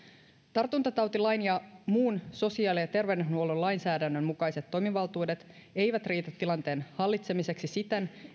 tartuntatautilain ja muun sosiaali ja terveydenhuollon lainsäädännön mukaiset toimivaltuudet eivät riitä tilanteen hallitsemiseksi siten